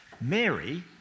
Mary